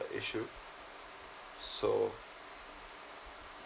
issue so